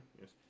yes